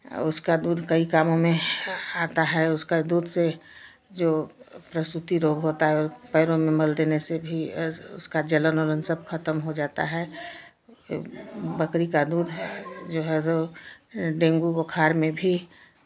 उसका दूध कई कामों में आता है उसका दूध से जो प्रसूति रोग होता है पैरों में मल देने से भी उसका जलन ओलन सब खतम हो जाता है बकरी का दूध है जो है रो डेंगू बुखार में भी